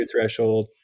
threshold